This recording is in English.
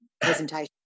presentation